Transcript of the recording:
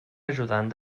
ajudant